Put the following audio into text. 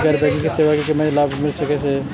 गैर बैंकिंग सेवा मैं कि सब लाभ मिल सकै ये?